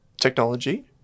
technology